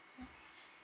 mm